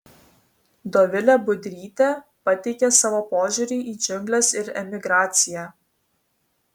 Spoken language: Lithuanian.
dovilė budrytė pateikia savo požiūrį į džiungles ir emigraciją